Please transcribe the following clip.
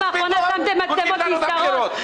פוגעים לנו בבחירות.